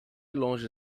longe